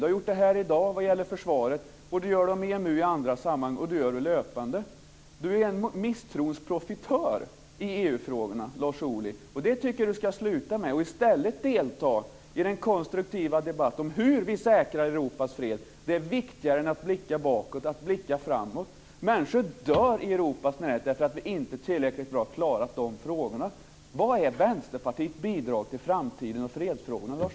Det har han gjort här i dag när det gäller försvaret, han gör det om EMU i andra sammanhang, och han gör det löpande. Lars Ohly är en misstrosprofitör i EU-frågorna. Och det tycker jag att han ska sluta med och i stället delta i den konstruktiva debatten om hur vi säkrar Europas fred. Det är viktigare att blicka framåt än att blicka bakåt. Människor dör i Europas närhet därför att vi inte tillräckligt bra klarat av dessa frågor. Vad är Vänsterpartiets bidrag till framtiden och fredsfrågorna, Lars